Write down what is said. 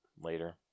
later